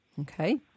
Okay